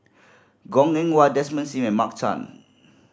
Goh Eng Wah Desmond Sim and Mark Chan